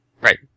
Right